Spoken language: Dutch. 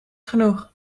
genoeg